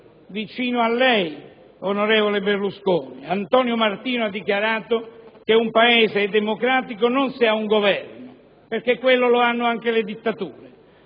vicino a lei, onorevole Berlusconi. Antonio Martino ha dichiarato che un Paese è democratico non se ha un governo, perché quello lo hanno anche le dittature,